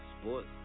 Sports